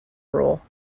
rule